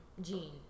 gene